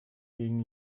gegen